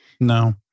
No